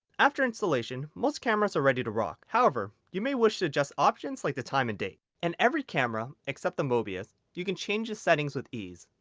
after installation most cameras are ready to rock, however, you may wish to adjust options like the time and date. in and every camera except the mobius, you can change the settings with ease.